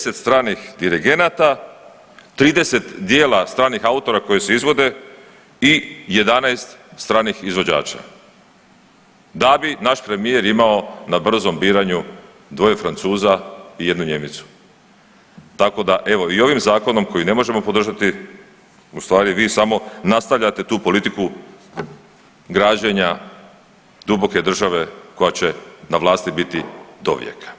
10 stranih dirigenata, 30 djela stranih autora koji se izvode i 11 stranih izvođača, da bi naš premijer imao na brzom biranju dvoje Francuza i jednu Njemicu, tako da evo, i ovim Zakonom koji ne možemo podržati, ustvari vi samo nastavljate tu politiku građenja duboke države koja će na vlasti biti dovijeka.